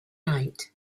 night